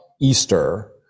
Easter